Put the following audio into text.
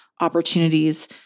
opportunities